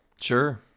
Sure